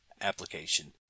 application